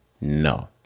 no